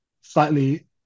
slightly